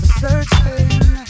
searching